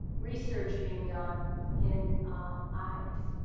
research being done in eyes